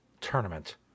tournament